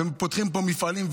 ופותחים פה מפעלים,